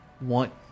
want